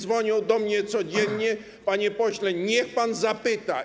Dzwonią do mnie codziennie: panie pośle, niech pan zapyta.